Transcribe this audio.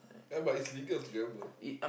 ya but it's legal to gamble